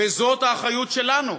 וזאת האחריות שלנו,